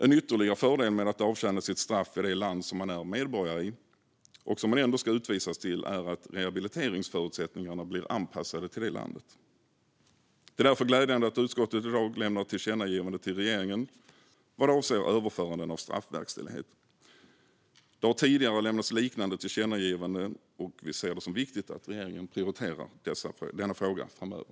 En ytterligare fördel med att avtjäna sitt straff i det land som man är medborgare i, och som man ändå ska utvisas till, är att rehabiliteringsförutsättningarna blir anpassade till det landet. Det är därför glädjande att utskottet i dag föreslår ett tillkännagivande till regeringen vad avser överföranden av straffverkställighet. Det har tidigare lämnats liknande tillkännagivande. Vi ser det som viktigt att regeringen prioriterar denna fråga framöver.